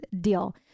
deal